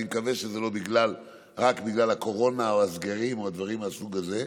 אני מקווה שזה לא רק בגלל הקורונה או הסגרים ודברים מהסוג הזה.